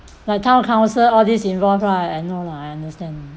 the town council all these involved right I know lah I understand